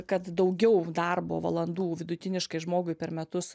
kad daugiau darbo valandų vidutiniškai žmogui per metus